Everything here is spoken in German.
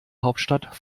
hauptstadt